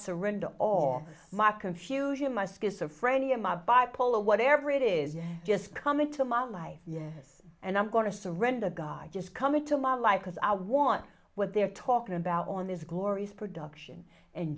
surrender all my confusion my schizophrenia my bipolar whatever it is you just come into my life yes and i'm going to surrender god just come into my life because i want what they are talking about on this glorious production